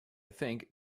think